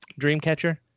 Dreamcatcher